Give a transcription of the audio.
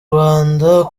rwanda